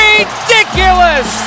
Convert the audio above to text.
Ridiculous